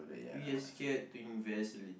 we are scared to invest li~